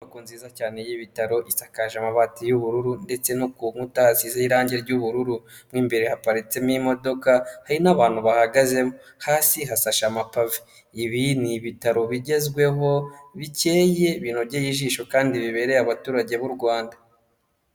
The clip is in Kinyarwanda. Inyubako nziza cyane y'ibitaro isakaje amabati y'ubururu ndetse no ku nkuta hasizeho irangi ry'ubururu mo imbere haparitsemo imodoka hari n'abantu bahagazemo, hasi hasashe amapave, ibi ni ibitaro bigezweho, bikeye, binogeye ijisho kandi bibereye abaturage b'u Rwanda.